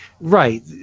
Right